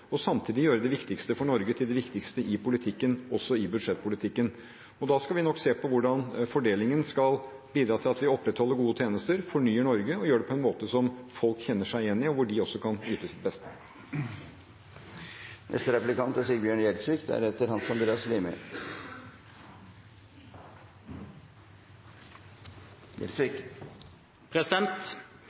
og samtidig gjøre det viktigste for Norge til det viktigste i politikken, også i budsjettpolitikken. Da skal vi nok se på hvordan fordelingen skal bidra til at vi opprettholder gode tjenester, fornyer Norge og gjør det på en måte som folk kjenner seg igjen i, og hvor de også kan yte sitt beste. Et ordnet og velorganisert arbeidsliv er